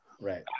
right